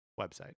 website